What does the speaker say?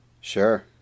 Sure